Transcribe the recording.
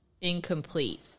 incomplete